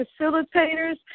facilitators